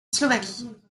slovaquie